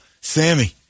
Sammy